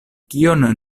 kion